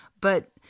But-